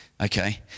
Okay